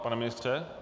Pane ministře?